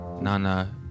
Nana